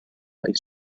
lay